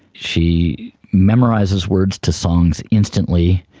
she memorises words to songs instantly.